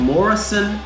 Morrison